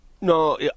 No